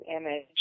image